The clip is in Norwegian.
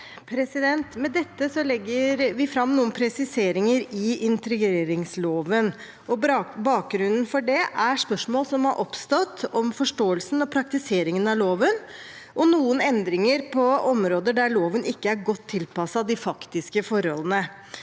Med dette legger vi fram noen presiseringer i integreringsloven. Bakgrunnen for det er spørsmål som har oppstått om forståelsen og praktiseringen av loven, og noen endringer på områder der loven ikke er godt tilpasset de faktiske forholdene.